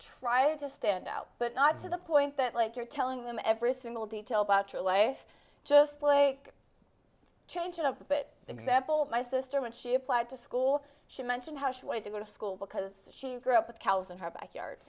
try to stand out but not to the point that like you're telling them every single detail about your life just like change it up a bit example my sister when she applied to school she mentioned how she wanted to go to school because she grew up with cows in her backyard